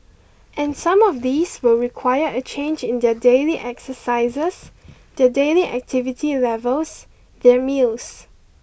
and some of these will require a change in their daily exercises their daily activity levels their meals